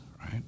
right